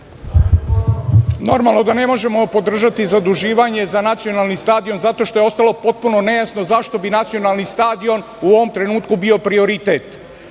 Normalno da ne možemo podržati zaduživanje za nacionalni stadion zato što je ostalo potpuno nejasno zašto bi nacionalni stadion u ovom trenutku bio prioritet. Skrećem